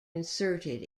inserted